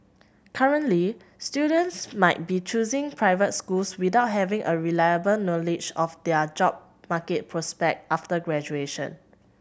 currently students might be choosing private schools without having a reliable knowledge of their job market prospect after graduation